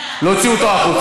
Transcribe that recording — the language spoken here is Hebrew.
להוציא אותו החוצה.